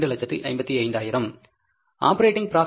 operating profit என்ன